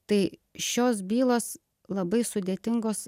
tai šios bylos labai sudėtingos